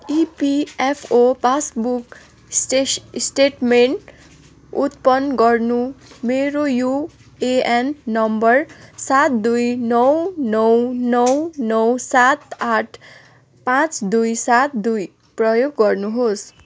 EPFO passbook स्टेस् statement उत्पन्न गर्नु मेरो युएएन नम्बर सात दुई नौ नौ नौ नौ सात आठ पाचँ दुई सात दुई प्रयोग गर्नुहोस्